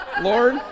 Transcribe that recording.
Lord